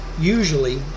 usually